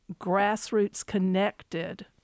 grassroots-connected